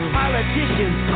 politicians